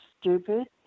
stupid